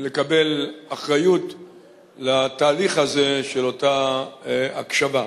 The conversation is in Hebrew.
לקבל אחריות לתהליך ההקשבה.